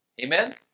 Amen